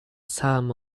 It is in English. sum